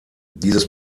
dieses